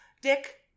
Dick